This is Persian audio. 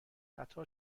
قطار